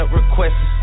requests